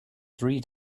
three